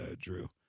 drew